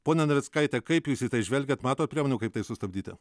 pone navickaite kaip jūs į tai žvelgiat matot priemonių kaip tai sustabdyti